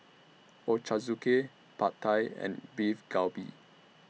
Ochazuke Pad Thai and Beef Galbi